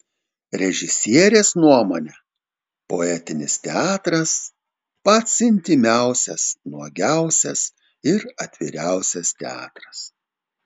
režisierės nuomone poetinis teatras pats intymiausias nuogiausias ir atviriausias teatras